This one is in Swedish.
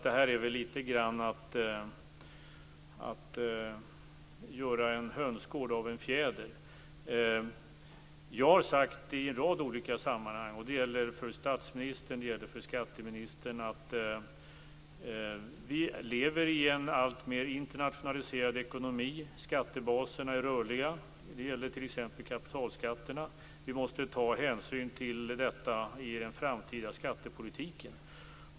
Det här är litet grand att göra en hönsgård av en fjäder. Jag har sagt i en rad olika sammanhang, och det gäller för statsministern och för skatteministern, att vi lever i en alltmer internationaliserad ekonomin, skattebaserna är rörliga - det gäller t.ex. kapitalskatterna - och att vi måste ta hänsyn till detta i den framtida skattepolitiken.